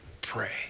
pray